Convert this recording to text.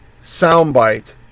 soundbite